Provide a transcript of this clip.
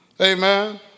Amen